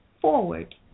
Forward